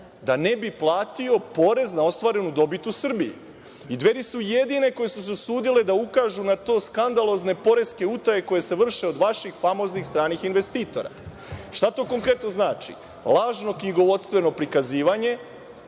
da ne bi platio porez na ostvarenu dobit u Srbiji. Dveri su jedine koje su se usudile da ukažu na te skandalozne poreske utaje koje se vrše od vaših famoznih stranih investitora. Šta to konkretno znači? Lažno knjigovodstveno prikazivanje,